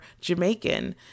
Jamaican